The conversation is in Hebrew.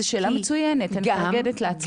זו שאלה מצוינת, אני מפרגנת לעצמי.